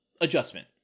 Adjustment